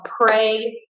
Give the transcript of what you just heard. pray